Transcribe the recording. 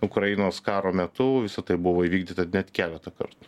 ukrainos karo metu visa tai buvo įvykdyta net keletą kartų